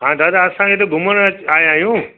हा दादा असां हिते घुमणु आया आहियूं